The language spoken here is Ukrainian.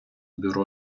бюро